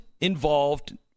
involved